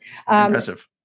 impressive